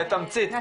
בתמצית.